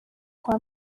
kwa